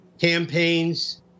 campaigns